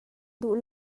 duh